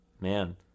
Man